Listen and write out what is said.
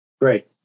Great